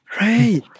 Right